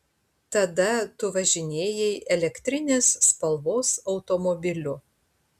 tada tu važinėjai elektrinės spalvos automobiliu